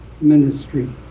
ministry